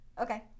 okay